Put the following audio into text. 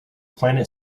planet